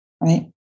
right